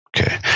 okay